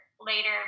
later